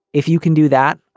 if you can do that,